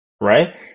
right